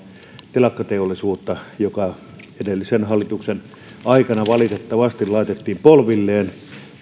telakkateollisuutta joka edellisen hallituksen aikana valitettavasti laitettiin polvilleen